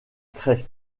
craie